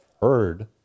heard